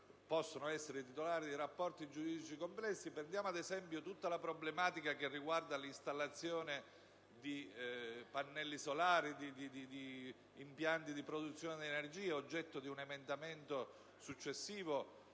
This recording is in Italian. Possono essere titolari di rapporti giuridici complessi: pensiamo ad esempio a tutta la problematica riguardante l'installazione di pannelli solari, impianti di produzione di energia, oggetto di un emendamento successivo